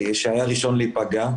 שהיה הראשון להיפגע.